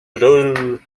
role